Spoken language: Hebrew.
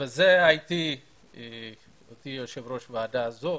הייתי יושב ראש הוועדה הזו